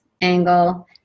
angle